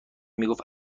میگفت